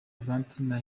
valentine